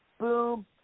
boom